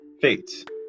Fate